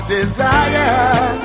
desire